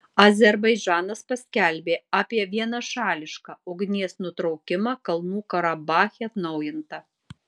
azerbaidžanas paskelbė apie vienašališką ugnies nutraukimą kalnų karabache atnaujinta